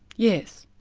yes.